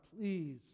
please